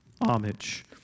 homage